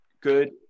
good